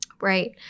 Right